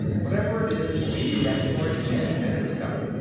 whatever it is, be ready for it ten minutes ago.